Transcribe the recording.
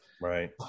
Right